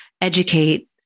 educate